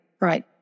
Right